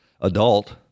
adult